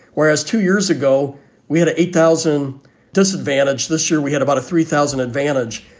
whereas two years ago we had eight thousand disadvantage. this year we had about a three thousand advantage.